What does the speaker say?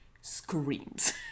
screams